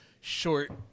short